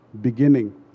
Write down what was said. beginning